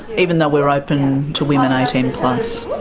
even though we are open to women eighteen plus.